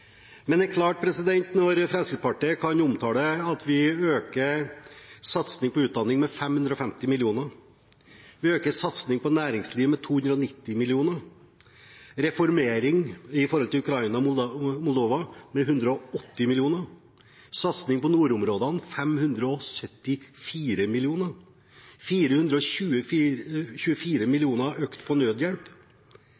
Men når Fremskrittspartiet kan omtale at vi øker satsingen på utdanning med 550 mill. kr., øker satsingen på næringslivet med 290 mill. kr, reformerer i forhold til Ukraina og Moldova med 180 mill. kr, har en satsing på nordområdene på 574